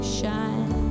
shine